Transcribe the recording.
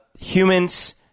humans